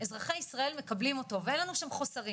אזרחי ישראל מקבלים אותו ואין לנו שם חוסרים'